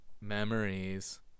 Memories